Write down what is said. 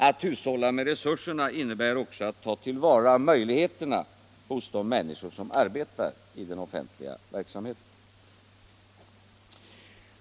Att hushålla med resurserna innebär också att ta till vara möjligheterna hos de människor som arbetar i den offentliga verksamheten.